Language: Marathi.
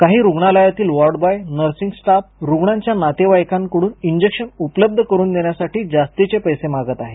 काही रुग्णालयातील वॉर्ड बॉय नर्सिंग स्टाफ रुग्णांच्या नातेवाइकांकडून इंजेक्शन उपलब्ध करून देण्यासाठी जास्तीचे पैसे मागत आहेत